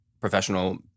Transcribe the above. professional